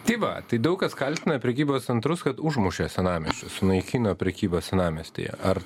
tai va tai daug kas kaltina prekybos centrus kad užmušė senamiesčius sunaikino prekybą senamiestyje ar